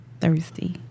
thirsty